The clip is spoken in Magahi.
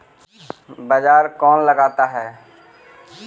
बाजार कौन लगाता है?